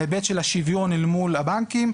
ההיבט של השוויון אל מול הבנקים,